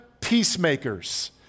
peacemakers